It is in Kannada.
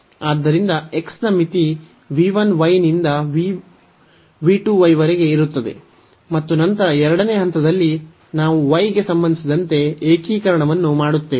ಆದ್ದರಿಂದ x ನ ಮಿತಿ v 1 ನಿಂದ v 1 ವರೆಗೆ ಇರುತ್ತದೆ ಮತ್ತು ನಂತರ ಎರಡನೇ ಹಂತದಲ್ಲಿ ನಾವು y ಗೆ ಸಂಬಂಧಿಸಿದಂತೆ ಏಕೀಕರಣವನ್ನು ಮಾಡುತ್ತೇವೆ